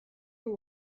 who